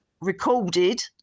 recorded